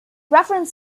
reference